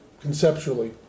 conceptually